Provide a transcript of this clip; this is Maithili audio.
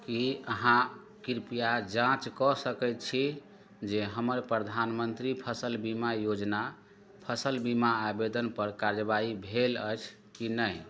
कि अहाँ कृपया जाँच कऽ सकै छी जे हमर प्रधानमन्त्री फसिल बीमा योजना फसिल बीमा आवेदनपर कार्यवाही भेल अछि कि नहि